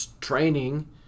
training